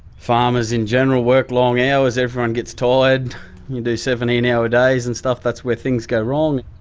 farmers in general work long hours, everyone gets tired, you do seventeen hour days and stuff, that's where things go wrong.